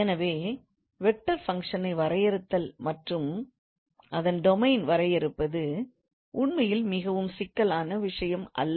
எனவே வெக்டார் ஃபங்க்ஷனை வரையறுத்தல் மற்றும் அதன் டொமைன் வரையறுப்பது உண்மையில் மிகவும் சிக்கலான விஷயம் அல்ல